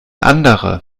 andere